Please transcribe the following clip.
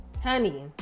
Honey